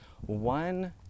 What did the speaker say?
One